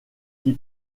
qui